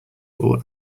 will